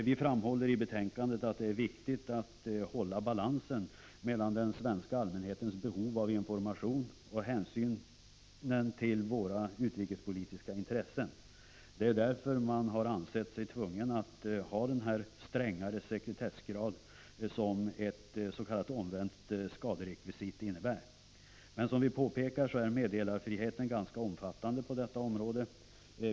Vi framhåller i betänkandet att det är viktigt att behålla balansen mellan 17 december 1985 den svenska allmänhetens behov av information och hänsynen till våra utrikespolitiska intressen. Det är därför som man har ansett sig vara tvungen att ha den strängare sekretessgrad som ett s.k. omvänt skaderekvisit innebär. Men meddelarfriheten är, som vi påpekar, ganska omfattande på detta område.